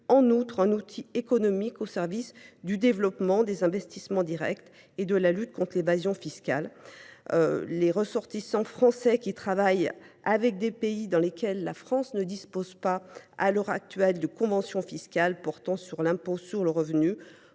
constituent un outil économique au service du développement des investissements directs et de la lutte contre l’évasion fiscale. Les ressortissants français qui travaillent dans des pays avec lesquels la France ne dispose pas de convention fiscale portant sur l’impôt sur le revenu